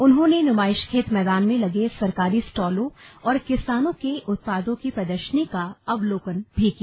उन्होंने नुमाईशखेत मैदान में लगे सरकारी स्टॉलों और किसानों के उत्पादों की प्रदर्शनी का अवलोकन भी किया